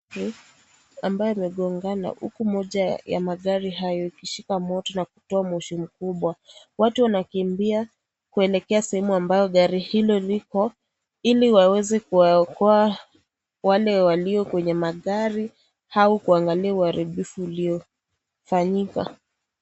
Hii ni ambayo imegongana huku moja ya magari hayo ikishika moto na moshi mkubwa. Watu wanakimbia kuelekea sehemu ambayo gari hilo liko ili waweze kuwaokoa wale walio kwenye magari au kuangalia uharibifu uliofanyika.